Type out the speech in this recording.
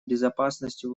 безопасностью